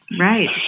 Right